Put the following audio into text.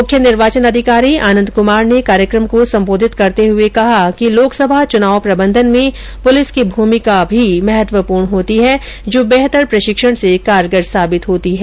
मुख्य निर्वाचन अधिकारी आनंद क्मार ने कार्यक्रम को संबोधित करते हुए कहा कि लोकसभा चुनाव प्रबंधन में पुलिस की भूमिका भी महत्वपूर्ण होती है जो बेहतर प्रशिक्षण से कारगर साबित होती है